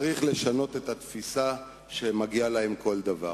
צריך לשנות את התפיסה שמגיע להם כל דבר.